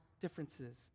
differences